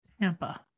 Tampa